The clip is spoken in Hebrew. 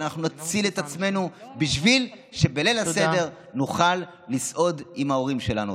אנחנו נציל את עצמנו כדי שבליל הסדר נוכל לסעוד עם ההורים שלנו.